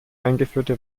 eingeführte